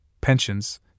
pensions